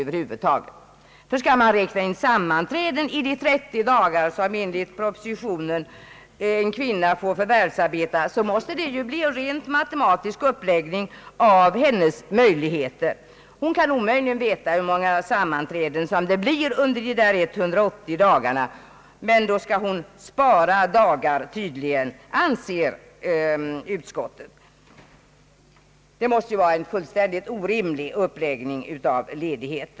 Skall sammanträden räknas in i de 30 dagar, som en nybliven moder enligt propositionen framgent skall få arbeta, måste det bli en rent matematisk uppskattning av hennes möjligheter. Hon kan omöjligen veta hur många sammanträden det blir under de 180 dagarna. Hon skall då spara dagar, anser tydligen utskottet. Det måste vara en fullständigt orimlig uppläggning.